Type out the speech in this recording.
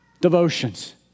devotions